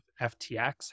FTX